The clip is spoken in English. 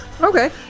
Okay